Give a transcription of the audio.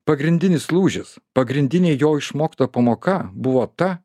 pagrindinis lūžis pagrindinė jo išmokta pamoka buvo ta